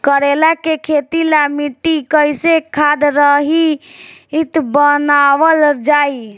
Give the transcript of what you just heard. करेला के खेती ला मिट्टी कइसे खाद्य रहित बनावल जाई?